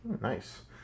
Nice